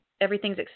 everything's